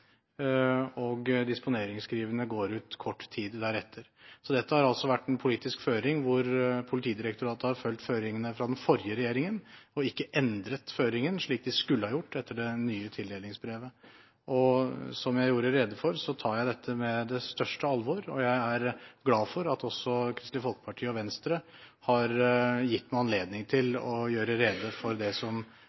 og disponeringsskrivene går ut kort tid deretter. Dette har altså vært en politisk føring hvor Politidirektoratet har fulgt føringene fra den forrige regjeringen, og ikke endret dem, slik de skulle ha gjort etter det nye tildelingsbrevet. Som jeg gjorde rede for, tar jeg dette på det største alvor. Jeg er glad for at også Kristelig Folkeparti og Venstre har gitt meg anledning til å gjøre rede for det som